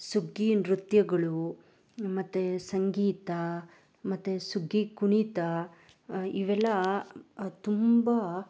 ಸುಗ್ಗಿ ನೃತ್ಯಗಳು ಮತ್ತು ಸಂಗೀತ ಮತ್ತು ಸುಗ್ಗಿ ಕುಣಿತ ಇವೆಲ್ಲ ತುಂಬ